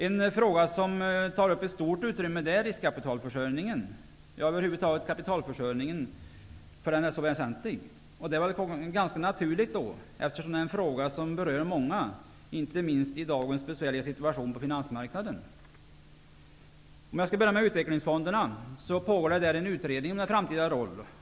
En fråga som tar upp ett stort utrymme är rikskapitalförsörjningen, eller kapitalförsörjningen över huvud taget, eftersom den är så väsentlig. Detta är en fråga som rör många, inte minst i dagens besvärliga situation på finansmarknaden. Det pågår en utredning om utvecklingsfondernas framtida roll.